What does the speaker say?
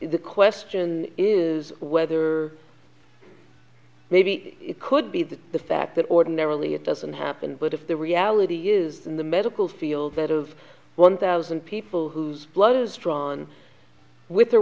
the question is whether maybe it could be that the fact that ordinarily it doesn't happen but if the reality is in the medical field that of one thousand people whose blood is drawn with or